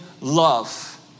love